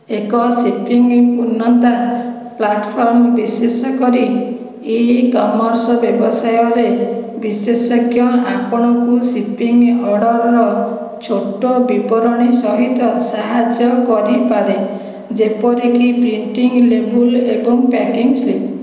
ଏକ ସିପିଂ ପୂର୍ଣ୍ଣତା ପ୍ଲାଟଫର୍ମ ବିଶେଷ କରି ଇ କମର୍ସ ବ୍ୟବସାୟରେ ବିଶେଷଜ୍ଞ ଆପଣଙ୍କୁ ସିପିଂ ଅର୍ଡରର ଛୋଟ ବିବରଣୀ ସହିତ ସାହାଯ୍ୟ କରିପାରେ ଯେପରିକି ପ୍ରିଣ୍ଟିଂ ଲେବୁଲ୍ ଏବଂ ପ୍ୟାକିଂ ସ୍ଲିପ୍